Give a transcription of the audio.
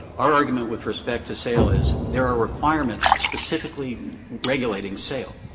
our argument with respect to sale is, there are requirements specifically regulating sale.